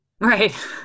Right